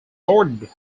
ordered